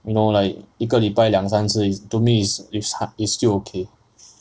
you know like 一个礼拜两三次 is to me it's it's still okay